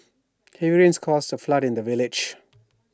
heavy rains caused A flood in the village